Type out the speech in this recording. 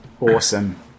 Awesome